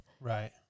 right